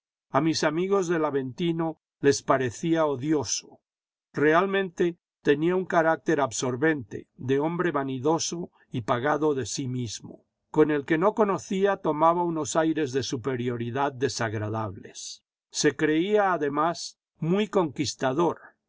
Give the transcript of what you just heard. a mis amigos del aventino les parecía odioso realmente tenía un carácter absorbente de hombre vanidoso y pagado de sí mismo con el que no conocía tomaba unos aires de superioridad desagradables se creía además muy conquistador